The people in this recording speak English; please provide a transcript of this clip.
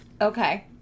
Okay